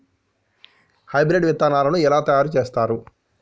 Hybrid విత్తనాలను ఎలా తయారు చేస్తారు?